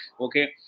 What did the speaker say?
okay